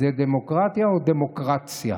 זה דמוקרטיה או דמוקרציה?